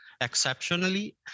exceptionally